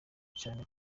cane